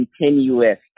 continuous